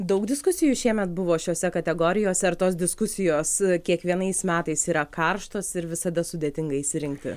daug diskusijų šiemet buvo šiose kategorijose ar tos diskusijos kiekvienais metais yra karštos ir visada sudėtinga išsirinkti